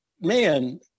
Man